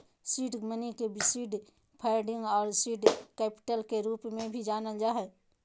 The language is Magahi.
सीड मनी के सीड फंडिंग आर सीड कैपिटल के रूप में भी जानल जा हइ